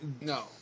No